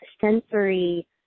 sensory